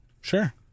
Sure